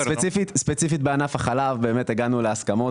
ספציפית בענף החלב באמת הגענו להסכמות